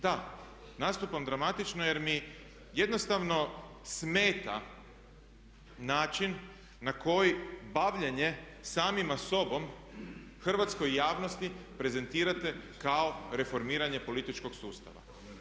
Da, nastupam dramatično jer mi jednostavno smeta način na koji bavljenje samima sobom hrvatskoj javnosti prezentirate kao reformiranje političkog sustava.